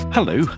Hello